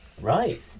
right